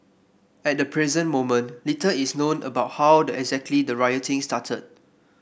at the present moment little is known about how the exactly the rioting started